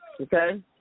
Okay